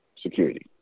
security